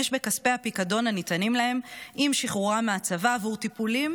בכספי הפיקדון שניתנים להם עם שחרורם מהצבא עבור טיפולים